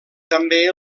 també